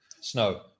Snow